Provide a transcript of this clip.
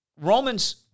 Romans